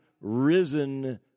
risen